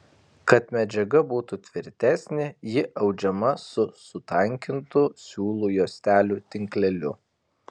kad medžiaga būtų tvirtesnė ji audžiama su sutankintu siūlų juostelių tinkleliu